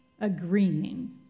agreeing